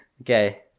Okay